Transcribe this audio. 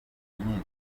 nyinshi